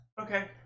Okay